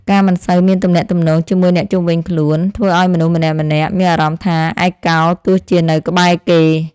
ការមិនសូវមានទំនាក់ទំនងជាមួយអ្នកជុំវិញខ្លួនធ្វើឱ្យមនុស្សម្នាក់ៗមានអារម្មណ៍ថា ឯកោទោះជានៅក្បែរគេ។